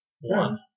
one